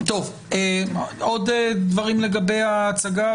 יש עוד דברים במסגרת הצגת הדברים?